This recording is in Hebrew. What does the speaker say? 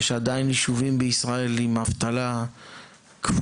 יש עדיין יישובים בישראל עם אבטלה כפולה